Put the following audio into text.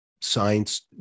science